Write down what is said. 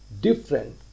different